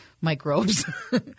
microbes